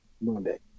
Monday